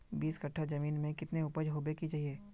बीस कट्ठा जमीन में कितने उपज होबे के चाहिए?